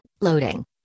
loading